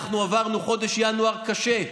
עברנו חודש ינואר קשה,